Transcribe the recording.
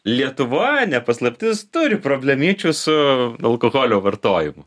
lietuva ne paslaptis turi problemyčių su alkoholio vartojimu